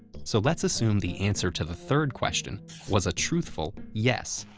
so let's assume the answer to the third question was a truthful yes.